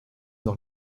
doch